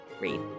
read